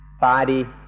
body